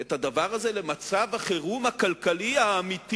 את הדבר הזה במצב החירום הכלכלי האמיתי